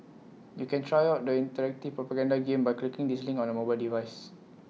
you can try out the interactive propaganda game by clicking this link on A mobile device